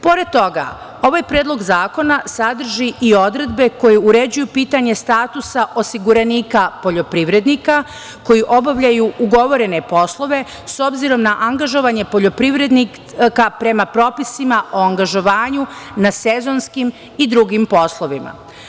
Pored toga, ovaj predlog zakona sadrži i odredbe koje uređuju pitanje statusa osiguranika poljoprivrednika, koji obavljaju ugovorene poslove, s obzirom na angažovanje poljoprivrednika prema propisima o angažovanju na sezonskim i drugim poslovima.